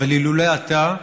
אבל אילולא אתה,